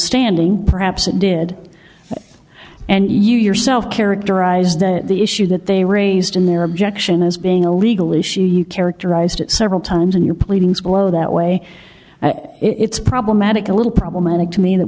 standing perhaps it did and you yourself characterized that the issue that they raised in their objection as being a legal issue you characterized it several times in your pleadings below that way it's problematic a little problematic to me that